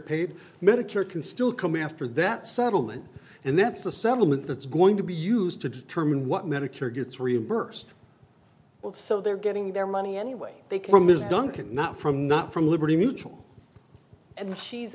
paid medicare can still come after that settlement and that's the settlement that's going to be used to determine what medicare gets reimbursed so they're getting their money any way they come is duncan not from not from liberty mutual and she's